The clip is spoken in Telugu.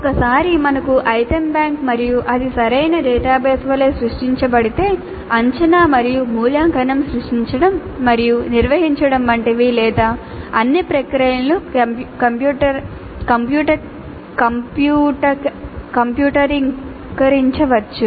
ఒకసారి మనకు ఐటెమ్ బ్యాంక్ మరియు అది సరైన డేటాబేస్ వలె సృష్టించబడితే అంచనా మరియు మూల్యాంకనం సృష్టించడం మరియు నిర్వహించడం వంటివి లేదా అన్ని ప్రక్రియలను కంప్యూటరీకరించవచ్చు